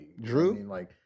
Drew